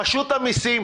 רשות המיסים,